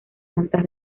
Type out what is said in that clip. tantas